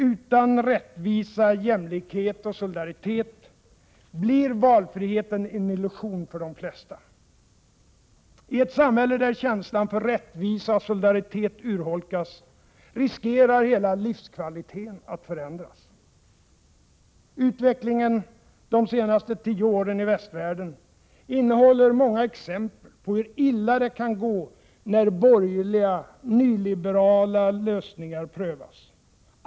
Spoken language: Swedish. Utan rättvisa, jämlikhet och solidaritet blir valfriheten en illusion för de flesta. I ett samhälle där känslan för rättvisa och solidaritet urholkas riskerar hela livskvaliteten att förändras. Utvecklingen de senaste tio åren i västvärlden innehåller många exempel på hur illa det kan gå när borgerliga, nyliberala lösningar prövas.